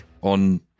on